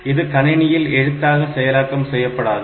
இது கணினியில் எழுத்தாக செயலாக்கம் செய்யப்படாது